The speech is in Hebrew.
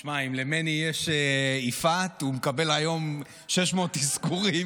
שמע, אם למני יש יפעת, הוא מקבל היום 600 אזכורים.